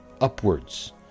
upwards